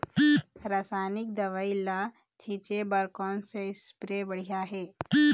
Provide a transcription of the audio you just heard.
रासायनिक दवई ला छिचे बर कोन से स्प्रे बढ़िया हे?